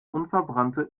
unverbrannte